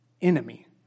enemy